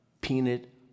peanut